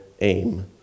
aim